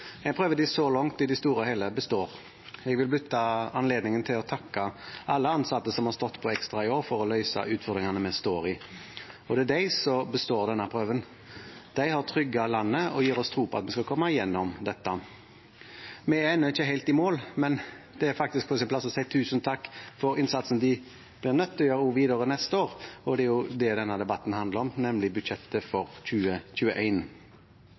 de så langt i det store og hele består. Jeg vil benytte anledningen til å takke alle ansatte som har stått på ekstra i år for å løse utfordringene vi står i. Det er de som består denne prøven. De har trygget landet og gir oss tro på at vi skal komme gjennom dette. Vi er ennå ikke helt i mål, men det er faktisk på sin plass å si tusen takk for innsatsen, som de blir nødt til å gjøre videre også neste år. Det er det denne debatten handler om, nemlig budsjettet for